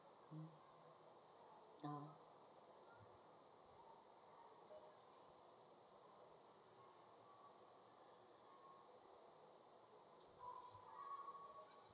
um ah